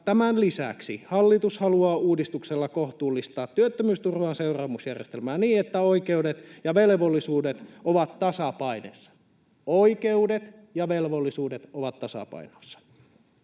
Tämän lisäksi hallitus haluaa uudistuksella kohtuullistaa työttömyysturvan seuraamusjärjestelmää niin, että oikeudet ja velvollisuudet ovat tasapainossa — oikeudet ja velvollisuudet ovat tasapainossa.